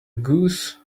goose